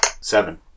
Seven